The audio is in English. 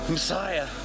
Messiah